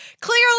Clearly